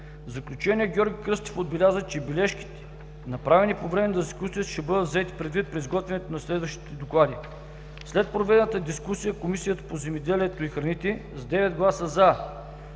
В заключение Георги Кръстев отбеляза, че бележките, направени по време на дискусията, ще бъдат взети предвид при изготвянето на следващите доклади. След проведената дискусия Комисията по земеделието и храните с 9 гласа “за”,